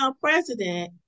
president